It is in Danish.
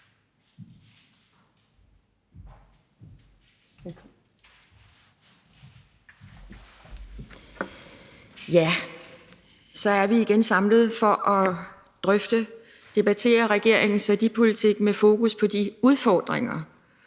Så er vi igen samlet for at drøfte og debattere regeringens værdipolitik med fokus på de udfordringer,